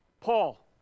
Paul